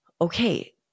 Okay